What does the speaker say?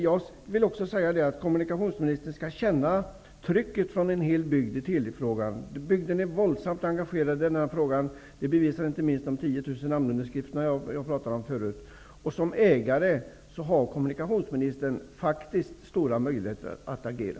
Jag vill också säga att kommunikationsministern skall känna trycket från en hel bygd i Telifrågan. Man är våldsamt engagerad i den här frågan. Det bevisar inte minst de 10 000 namnunderskrifter som jag tidigare nämnde. Som ägare har kommunikationsministern faktiskt stora möjligheter att agera.